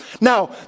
Now